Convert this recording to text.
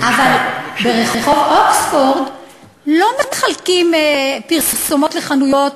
אבל ברחוב אוקספורד לא מחלקים פרסומות לחנויות,